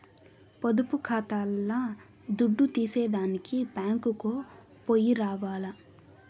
పొదుపు కాతాల్ల దుడ్డు తీసేదానికి బ్యేంకుకో పొయ్యి రావాల్ల